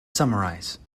summarize